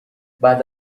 بعد